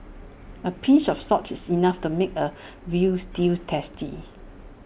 A pinch of salt is enough to make A Veal Stew tasty